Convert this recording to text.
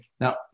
Now